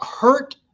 hurt